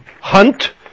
hunt